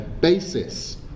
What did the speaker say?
basis